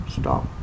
stop